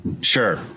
Sure